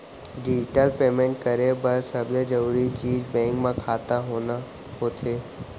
digital payment करे बर सबले जरूरी चीज बेंक म खाता होना होथे